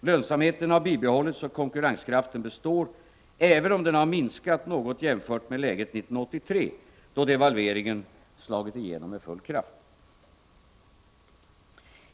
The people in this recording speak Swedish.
Lönsamheten har bibehållits och konkurrenskraften består, även om den har minskat något jämfört med läget 1983, då devalveringen slagit igenom med full kraft.